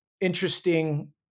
interesting